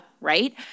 Right